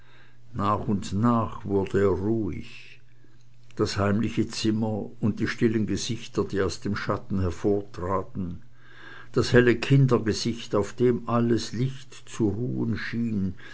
nach und nach wurde er ruhig das heimliche zimmer und die stillen gesichter die aus dem schatten hervortraten das helle kindergesicht auf dem alles licht zu ruhen schien